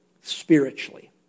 spiritually